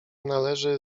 należy